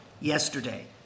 yesterday